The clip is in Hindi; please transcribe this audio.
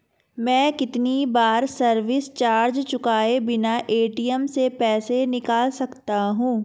मैं कितनी बार सर्विस चार्ज चुकाए बिना ए.टी.एम से पैसे निकाल सकता हूं?